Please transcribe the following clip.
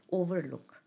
overlook